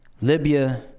Libya